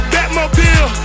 Batmobile